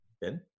Ben